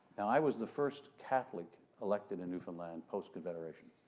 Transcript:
i was the first catholic elected in newfoundland post-confederation.